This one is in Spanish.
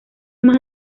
más